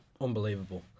Unbelievable